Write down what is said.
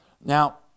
now